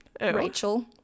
Rachel